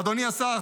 אדוני השר,